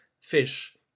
fish